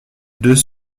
deux